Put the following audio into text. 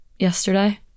yesterday